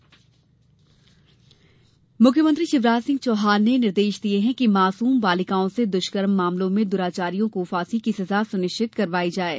मुयख्मंत्री फांसी मुख्यमंत्री शिवराज सिंह चौहान ने निर्देश दिये हैं कि मासूम बालिकाओं से दुष्कर्म मामलों में दुराचारियों को फांसी की सजा सुनिश्चित करवाई जाये